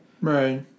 Right